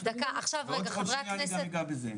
ועוד רגע אני גם אגע בזה.